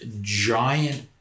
giant